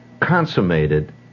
consummated